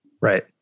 Right